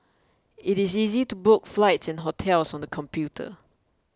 it is easy to book flights and hotels on the computer